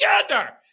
together